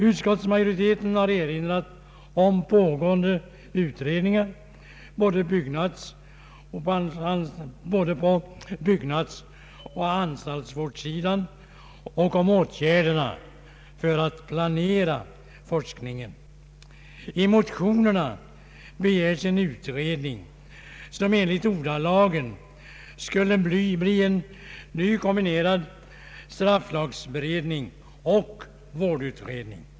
Utskottsmajoriteten har erinrat om pågående utredningar, på både byggnadsoch anstaltsvårdssidan, och om åtgärderna för att planera forskningen. I motionerna begärs en utredning som enligt ordalagen skulle bli en ny kombinerad strafflagsberedning och vårdutredning.